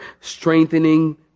strengthening